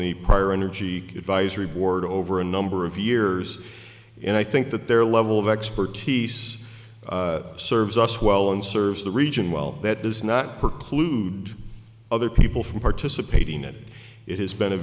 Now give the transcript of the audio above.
the prior energy advisory board over a number of years and i think that their level of expertise serves us well and serves the region well that does not preclude other people from participating in it it has been a